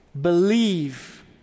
believe